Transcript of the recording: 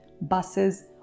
buses